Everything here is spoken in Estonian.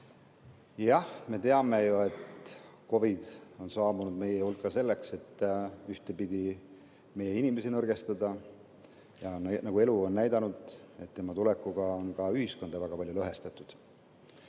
Jah, me teame ju, et COVID on saabunud meie hulka selleks, et ühtpidi meie inimesi nõrgestada, ja nagu elu on näidanud, tema tulek on ka ühiskonda väga palju lõhestanud.